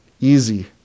easy